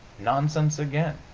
nonsense again!